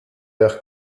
der